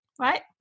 right